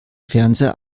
fernseher